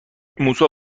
موسی